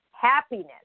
happiness